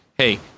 hey